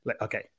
okay